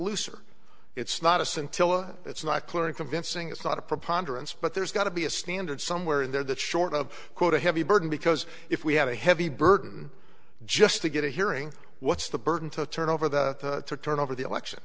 looser it's not a scintilla it's not clear and convincing it's not a preponderance but there's got to be a standard somewhere in there that short of quote a heavy burden because if we have a heavy burden just to get a hearing what's the burden to turn over the turn over the election